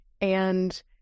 and-